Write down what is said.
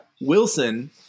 Wilson